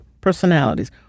personalities